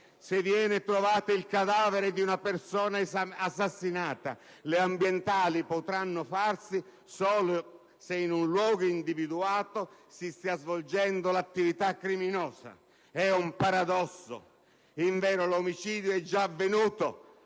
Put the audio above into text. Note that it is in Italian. se viene trovato il cadavere di una persona assassinata le ambientali potranno farsi solo se in un luogo individuato «si stia svolgendo l'attività criminosa». È un paradosso: invero, l'omicidio è già avvenuto,